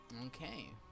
Okay